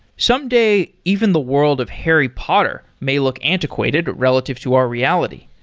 someday, even the world of harry potter may look antiquated relative to our reality.